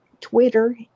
Twitter